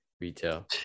retail